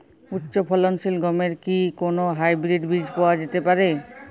উচ্চ ফলনশীল গমের কি কোন হাইব্রীড বীজ পাওয়া যেতে পারে?